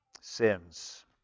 sins